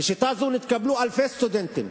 בשיטה זו נתקבלו אלפי סטודנטים.